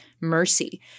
mercy